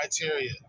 criteria